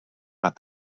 but